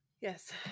Yes